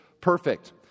perfect